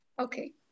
Okay